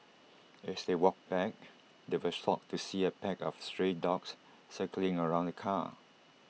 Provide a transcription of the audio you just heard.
as they walked back they were shocked to see A pack of stray dogs circling around the car